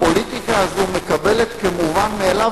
הפוליטיקה הזאת מקבלת כמובן מאליו